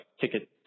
ticket